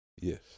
Yes